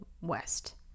west